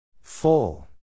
Full